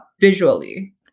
visually